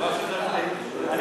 אני